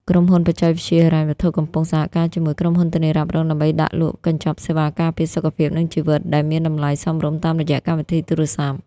ក្រុមហ៊ុនបច្ចេកវិទ្យាហិរញ្ញវត្ថុ កំពុងសហការជាមួយក្រុមហ៊ុនធានារ៉ាប់រង ដើម្បីដាក់លក់កញ្ចប់សេវាការពារសុខភាព និងជីវិតដែលមានតម្លៃសមរម្យតាមរយៈកម្មវិធីទូរស័ព្ទ។